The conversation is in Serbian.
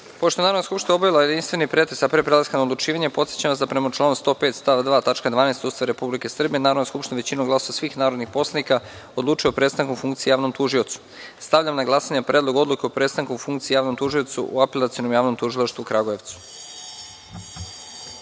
je Narodna skupština obavila jedinstveni pretres, pre prelaska na odlučivanje, podsećam vas da, prema članu 105. stav 2. tačka 12. Ustava Republike Srbije, Narodna skupština većinom glasova svih narodnih poslanika odlučuje o prestanku funkcije javnom tužiocu. Stavljam na glasanje Predlog odluke o prestanku funkcije javnom tužiocu u Apelacionom javnom tužilaštvu u Kragujevcu. Molim